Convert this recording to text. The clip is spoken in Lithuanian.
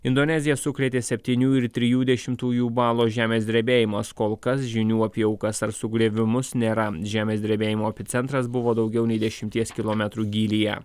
indoneziją sukrėtė septynių ir trijų dešimtųjų balo žemės drebėjimas kol kas žinių apie aukas ar sugriavimus nėra žemės drebėjimo epicentras buvo daugiau nei dešimties kilometrų gylyje